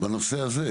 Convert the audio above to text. בנושא הזה?